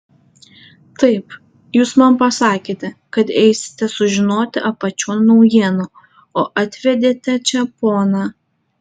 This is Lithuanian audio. taip jūs man pasakėte kad eisite sužinoti apačion naujienų o atvedėte čia poną